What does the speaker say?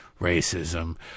racism